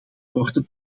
korte